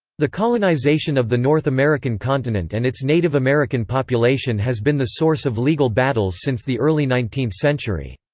the colonization of the north american continent and its native american population has been the source of legal battles since the early nineteenth century.